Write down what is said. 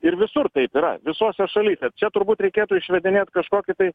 ir visur taip yra visose šalyje čia turbūt reikėtų išvedinėt kažkokį tai